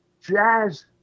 jazz